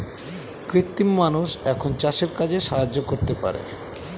কৃত্রিম মানুষ এখন চাষের কাজে সাহায্য করতে পারে